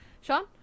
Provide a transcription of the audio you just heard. Sean